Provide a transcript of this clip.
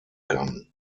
kann